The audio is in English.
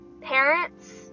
parents